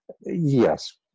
Yes